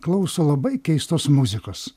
klauso labai keistos muzikos